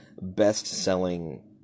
best-selling